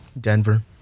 Denver